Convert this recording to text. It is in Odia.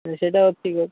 ସେଇଟା